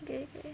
okay okay